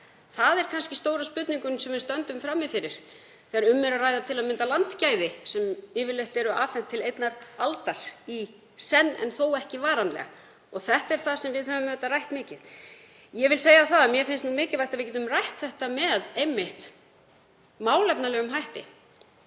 Það er kannski stóra spurningin sem við stöndum frammi fyrir þegar um er að ræða til að mynda landgæði sem yfirleitt eru afhent til einnar aldar í senn en þó ekki varanlega. Þetta er það sem við höfum auðvitað rætt mikið. Mér finnst mikilvægt að við getum rætt þetta með málefnalegum hætti